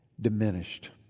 diminished